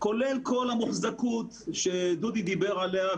כולל כל המוחזקות שדודי דיבר עליה,